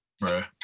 Right